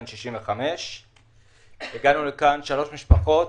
בן 65. הגענו לכאן שלוש משפחות.